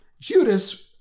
Judas